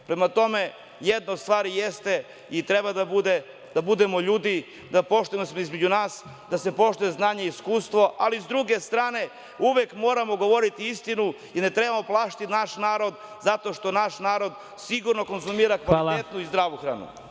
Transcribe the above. Prema tome jedna stvar jeste i treba da bude, da budemo ljudi, da se poštujemo između nas, da se poštuje znanje i iskustvo, ali sa druge strane uvek moramo govoriti istinu i ne trebamo plašiti naš narod zato što naš narod sigurno konzumira kvalitetnu i zdravu hranu.